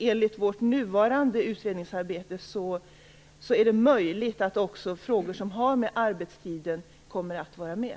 Enligt vårt nuvarande utredningsarbete är det möjligt att också frågor som har att göra med arbetstiden kommer att vara med.